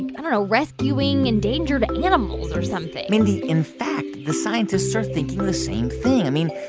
i don't know, rescuing endangered animals or something mindy, in fact, the scientists are thinking the same thing. i mean,